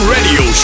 Radio